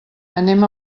anem